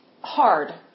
hard